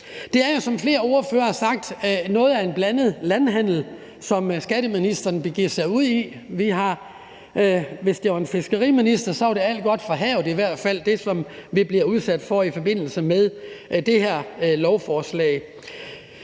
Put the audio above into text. Det er jo, som flere andre ordførere også har sagt, noget af en blandet landhandel, som skatteministeren begiver sig ud i. Hvis det var en fiskeriminister, var det i hvert fald alt godt fra havet, som vi bliver udsat for i forbindelse med det her lovforslag.